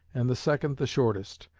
and the second the shortest.